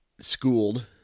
schooled